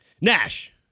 Nash